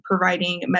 providing